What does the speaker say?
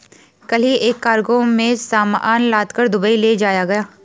कल ही एक कार्गो में सामान लादकर दुबई ले जाया गया